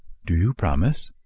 do you promise?